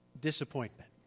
disappointment